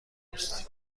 دوست